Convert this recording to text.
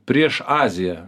prieš aziją